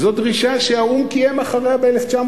זו דרישה שהאו"ם קיים ב-1947,